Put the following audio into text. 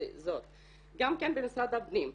גם כן במשרד הפנים,